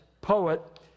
poet